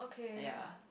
!aiya!